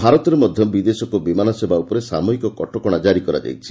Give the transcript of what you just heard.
ଭାରତରେ ମଧ୍ୟ ବିଦେଶକୁ ବିମାନ ସେବା ଉପରେ ସାମୟିକ କଟକଣା ଜାରି କରାଯାଇଛି